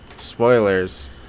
spoilers